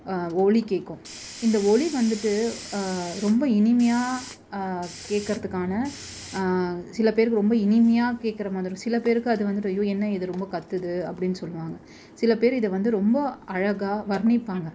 ஒலி கேட்கும் இந்த ஒலி வந்துவிட்டு ரொம்ப இனிமையாக கேட்கிறதுக்கான சில பேருக்கு ரொம்ப இனிமையாக கேட்கிற மாதிரி சில பேருக்கு அது வந்துவிட்டு ஐயோ என்ன இது ரொம்ப கத்துது அப்படின்னு சொல்வாங்க சில பேர் இதை வந்து ரொம்ப அழகா வர்ணிப்பாங்க